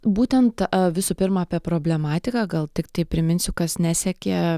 būtent visų pirma apie problematiką gal tiktai priminsiu kas nesekė